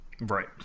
Right